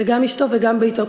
זה גם אשתו וגם ביתו.